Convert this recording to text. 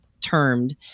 termed